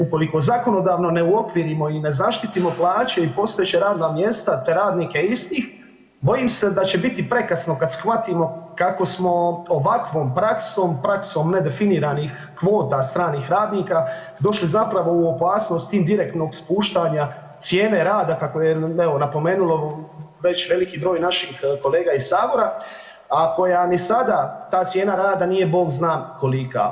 Ukoliko zakonodavno ne uokvirimo i zaštitimo plaće i postojeća radna mjesta te radnike istih, bojim se da će biti prekasno kad shvatimo kako smo ovakvom praksom, praksom nedefiniranih kvota stranih radnika došli zapravo u opasnost i direktnog spuštanja cijene rada kako je evo napomenulo već veliki broj naših kolega iz Sabora, a koja ni sada ta cijena rada nije bog zna kolika.